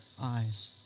eyes